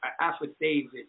affidavit